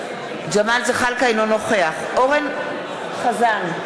אינו נוכח אורן אסף חזן,